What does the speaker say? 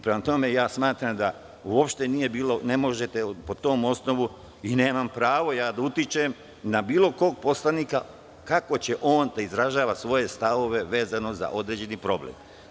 Prema tome, smatram da uopšte ne možete po tom osnovu i nemam pravo da utičem na bilo kog poslanika kako će on da izražava svoje stavove vezano za određeni problem.